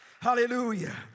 Hallelujah